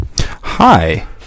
Hi